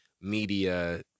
media